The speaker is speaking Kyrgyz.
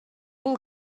бул